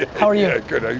ah how are you? good.